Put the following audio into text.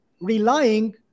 relying